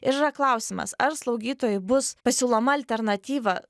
ir yra klausimas ar slaugytojui bus pasiūloma alternatyva